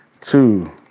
two